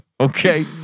Okay